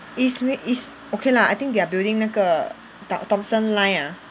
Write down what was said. east meh east okay lah I think they are building 那个 Tho~ Thomson line ah